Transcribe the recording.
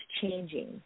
changing